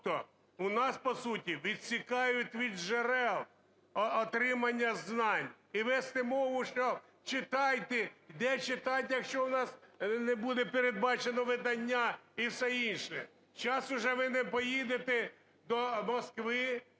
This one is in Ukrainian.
Тобто у нас по суті відсікають від джерел отримання знань. І вести мову, що читайте… Де читати, якщо у нас не буде передбачено видання і все інше? Сейчас уже ви не поїдете до Москви,